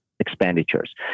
expenditures